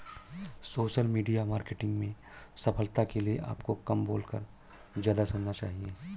social media marketing में सफलता के लिए आपको कम बोलकर ज्यादा सुनना चाहिए